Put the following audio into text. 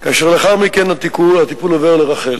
כאשר לאחר מכן הטיפול עובר לרח"ל.